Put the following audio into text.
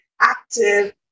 active